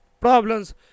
problems